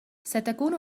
ستكون